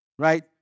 Right